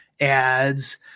ads